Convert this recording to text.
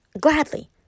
gladly